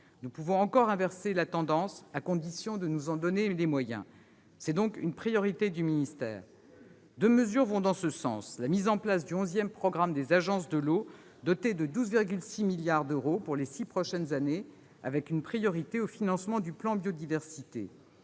Nous pouvons encore inverser la tendance à condition de nous en donner les moyens. C'est donc une priorité du ministère. Deux mesures vont dans ce sens. Premièrement, la mise en place du XI programme des agences de l'eau doté de 12,6 milliards d'euros pour les six prochaines années, avec une priorité au financement du plan Biodiversité.